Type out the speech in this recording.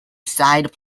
side